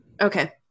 okay